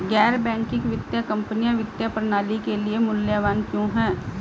गैर बैंकिंग वित्तीय कंपनियाँ वित्तीय प्रणाली के लिए मूल्यवान क्यों हैं?